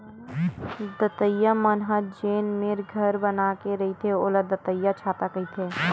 दतइया मन ह जेन मेर घर बना के रहिथे ओला दतइयाछाता कहिथे